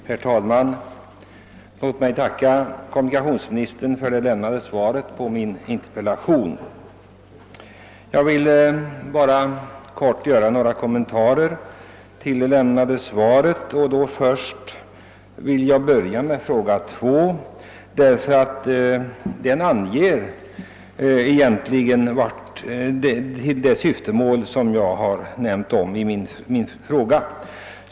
Herr talman! Låt mig tacka kommunikationsministern för svaret på min interpellation. Jag vill helt kort göra några kommentarer till det lämnade svaret, och jag börjar därvid med min andra fråga därför att svaret här är, såvitt jag kan bedöma sådant, att man inte behöver ifrågasätta innebörden.